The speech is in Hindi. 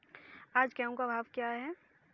आज गेहूँ का भाव क्या है?